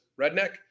redneck